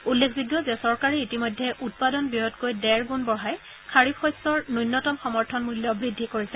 উল্লেখযোগ্য যে চৰকাৰে ইতিমধ্যে উৎপাদন ব্যয়তকৈ ডেৰ গুণ বঢ়াই খাৰিফ শস্যৰ ন্যূনতম সমৰ্থন মূল্য বৃদ্ধি কৰিছে